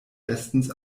bestens